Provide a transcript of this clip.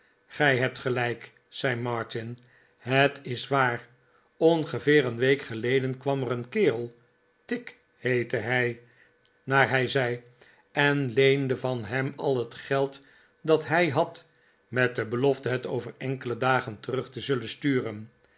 gij hebt gelijk zei martin het is waar ongeveer een week geleden kwam er een kerel tigg heette hij naar hij zei en leende van hem al het geld dat hij had met de belofte het over enkele dagen terug te zullen sturen